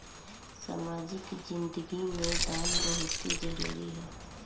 सामाजिक जिंदगी में दान बहुत जरूरी ह